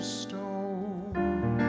stone